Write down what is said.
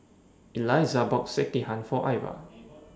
Eliza bought Sekihan For Ivah